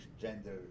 gender